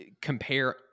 compare